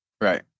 Right